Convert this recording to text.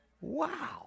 Wow